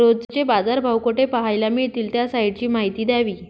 रोजचे बाजारभाव कोठे पहायला मिळतील? त्या साईटची माहिती द्यावी